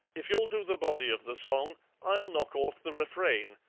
if you'll do the body of the song i'll knock off the refrain,